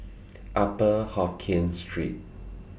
Upper Hokkien Street